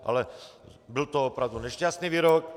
Ale byl to opravdu nešťastný výrok.